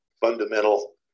fundamental